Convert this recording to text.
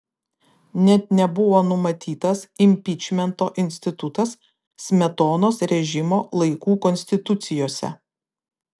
net nebuvo numatytas impičmento institutas smetonos režimo laikų konstitucijose